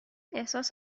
احساس